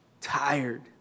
Tired